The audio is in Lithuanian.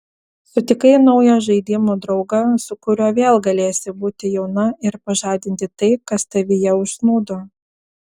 sutikai naują žaidimų draugą su kuriuo vėl galėsi būti jauna ir pažadinti tai kas tavyje užsnūdo